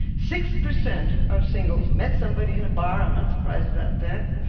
six percent of singles met somebody in a bar i'm not surprised about that.